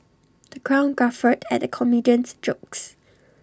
the crowd guffawed at the comedian's jokes